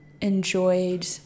enjoyed